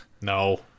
No